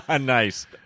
Nice